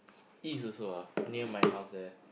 east also ah near my house there